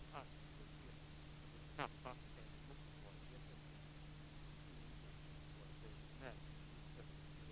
Man slår fast att regeringens förslag, dvs. den proposition vi